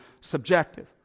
subjective